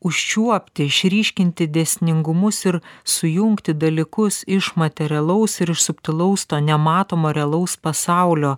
užčiuopti išryškinti dėsningumus ir sujungti dalykus iš materialaus ir subtilaus to nematomo realaus pasaulio